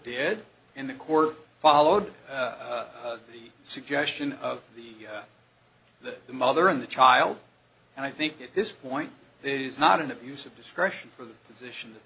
did and the court followed the suggestion of the the mother and the child and i think at this point it is not an abuse of discretion for the position that